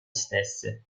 stesse